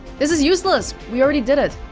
this is useless we already did it